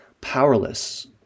powerless